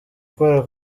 gukora